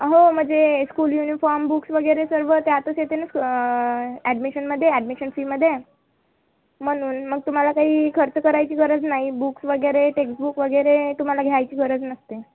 हो म्हणजे school uniform books वगैरे सर्व त्यातच येते ना ॲडमिशनमध्ये ॲडमिशन फीमध्ये म्हणून मग तुम्हाला काही खर्च करायची गरज नाही बुक्स वगैरे टेक्सबुक वगैरे तुम्हाला घ्यायची गरज नसते